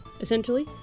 essentially